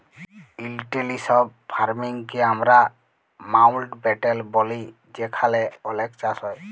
intensive farming কে আমরা মাউল্টব্যাটেল ব্যলি যেখালে অলেক চাষ হ্যয়